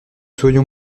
soyons